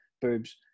boobs